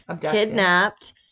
Kidnapped